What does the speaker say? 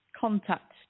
contact